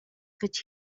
гэж